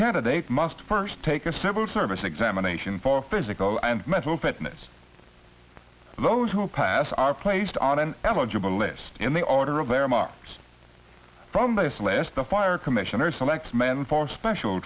candidate must first take a civil service examination for physical and mental fitness those who pass are placed on an eligible list in the order of their marks from this list the fire commissioner selects men for special